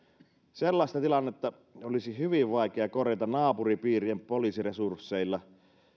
sellaista tilannetta olisi hyvin vaikea korjata naapuripiirien poliisiresursseilla